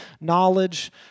knowledge